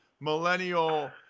millennial